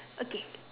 okay